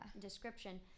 description